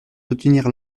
soutenir